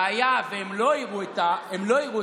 והיה והם לא יראו את העם,